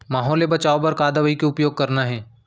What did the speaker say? माहो ले बचाओ बर का दवई के उपयोग करना हे?